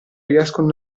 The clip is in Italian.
riescono